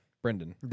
Brendan